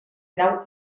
grau